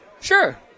Sure